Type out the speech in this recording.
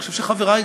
אני חושב שגם חברי,